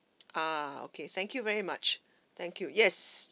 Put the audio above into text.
ah okay thank you very much thank you yes